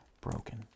broken